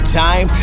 time